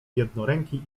jednoręki